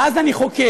ואז אני חוקר,